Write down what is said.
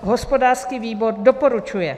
Hospodářský výbor doporučuje.